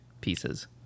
pieces